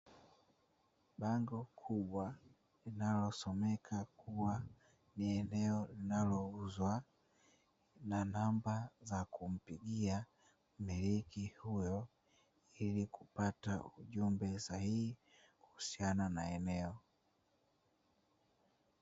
Bango kubwa linalosomeka kuwa ni eneo linalouzwa na namba za kumpigia mmiliki huyo ili kupata ujumbe sahihi kuhusiana na eneo.